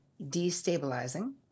destabilizing